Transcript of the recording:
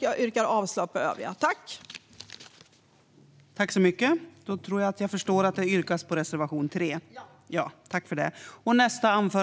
Jag yrkar avslag på övriga reservationer.